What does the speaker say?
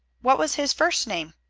what was his first name?